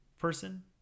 person